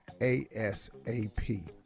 ASAP